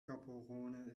gaborone